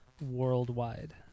worldwide